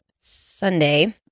Sunday